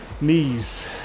knees